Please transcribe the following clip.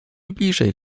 bliżej